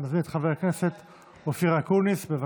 אני מזמין את חבר הכנסת אופיר אקוניס, בבקשה.